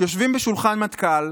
יושבים בשולחן מטכ"ל